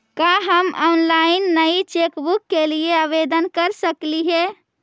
का हम ऑनलाइन नई चेकबुक के लिए आवेदन कर सकली हे